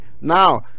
now